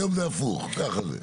היום זה הפוך, ככה זה.